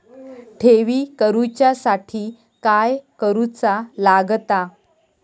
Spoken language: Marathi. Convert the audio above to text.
ठेवी करूच्या साठी काय करूचा लागता?